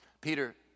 Peter